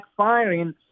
backfiring